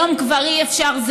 היום כבר אי-אפשר,